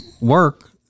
work